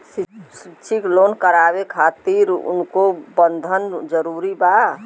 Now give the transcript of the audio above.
शैक्षणिक लोन करावे खातिर कउनो बंधक जरूरी बा?